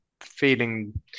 feeling